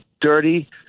dirty